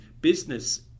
Business